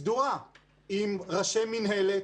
עם ראשי מינהלת,